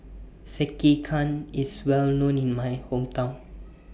Sekihan IS Well known in My Hometown